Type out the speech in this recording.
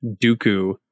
Dooku